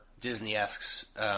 Disney-esque